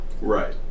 Right